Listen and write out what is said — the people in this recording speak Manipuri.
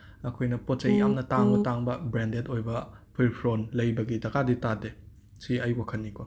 ꯑꯩꯈꯣꯏꯅ ꯄꯣꯠ ꯆꯩ ꯌꯥꯝꯅ ꯇꯥꯡꯕ ꯇꯥꯡꯕ ꯕ꯭ꯔꯦꯟꯗꯦꯗ ꯑꯣꯏꯕ ꯐꯨꯔꯤꯠ ꯐꯤꯔꯣꯜ ꯂꯩꯕꯒꯤ ꯗꯀꯥꯗꯤ ꯇꯥꯗꯦ ꯁꯤ ꯑꯩ ꯋꯥꯈꯟꯅꯤ ꯀꯣ